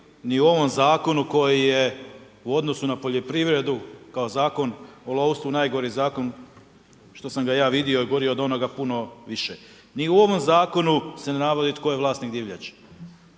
ni u ovom zakonu koji je u odnosu na poljoprivredu kao Zakon o lovstvu najgori zakon što sam ga ja vidio i gori je od onoga puno više. Ni u ovom zakonu se ne navodi tko je vlasnik divljači.